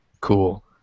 cool